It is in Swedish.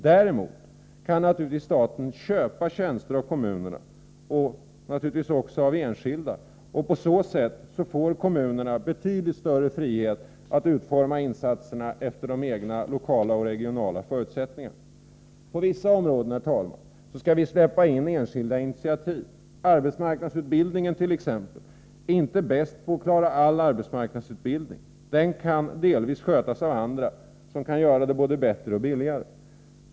Däremot kan staten naturligtvis köpa tjänster av kommunerna och enskilda, och på så sätt får kommunerna betydligt större frihet att utforma insatserna efter de egna lokala och regionala förutsättningarna. På vissa områden, herr talman, skall vi släppa in enskilda initiativ. AMU är t.ex. inte bäst på att klara all arbetsmarknadsutbildning. Den kan delvis skötas av andra, som kan göra det både bättre och billigare.